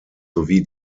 sowie